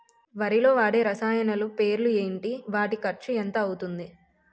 వరిలో వాడే రసాయనాలు పేర్లు ఏంటి? వాటి ఖర్చు ఎంత అవతుంది?